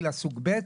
סוג ב'.